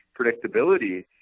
predictability